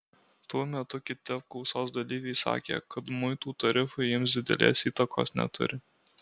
tuo metu kiti apklausos dalyviai sakė kad muitų tarifai jiems didelės įtakos neturi